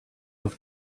auf